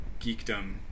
geekdom